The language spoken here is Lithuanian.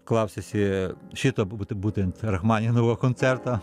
klausėsi šito būt būtent rachmaninovo koncerto